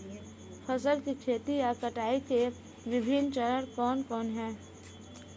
फसल की खेती और कटाई के विभिन्न चरण कौन कौनसे हैं?